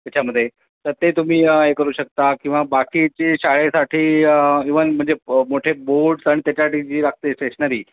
त्याच्यामध्ये तर ते तुम्ही हे करू शकता किंवा बाकीचे शाळेसाठी इव्हन म्हणजे मोठे बोर्ड्स आणि त्याच्यासाठी जी लागते स्टेशनरी